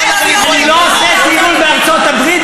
אני לא עושה טיול בארצות-הברית,